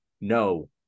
no